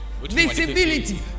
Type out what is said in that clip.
Visibility